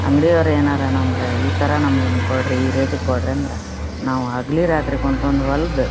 ಅಂಗ್ಡಿಯವ್ರು ಏನಾರ ನಮ್ಗೆ ಈ ಥರ ನಮ್ಗೆ ಹಿಂಗೆ ಕೊಡ್ರಿ ಈ ರೇಟ್ಗ್ ಕೊಡ್ರಿ ಅಂದ್ರ ನಾವು ಹಗಲು ರಾತ್ರಿ ಕುನ್ಕೊಂಡ್ ಹೊಲ್ದು